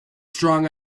strong